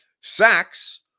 Sacks